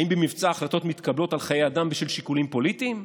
האם במבצע החלטות על חיי אדם מתקבלות בשל שיקולים פוליטיים?